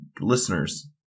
Listeners